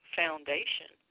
foundation